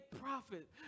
profit